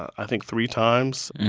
i think, three times.